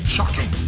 Shocking